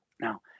Now